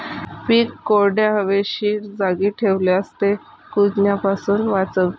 पीक कोरड्या, हवेशीर जागी ठेवल्यास ते कुजण्यापासून वाचते